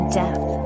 death